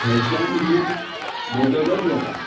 fashion ही बदलत वता